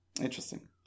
Interesting